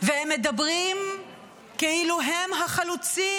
והם מדברים כאילו הם החלוצים,